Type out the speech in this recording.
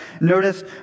Notice